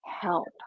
help